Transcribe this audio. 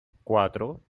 cuatro